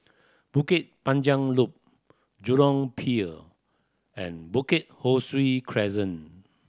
Bukit Panjang Loop Jurong Pier and Bukit Ho Swee Crescent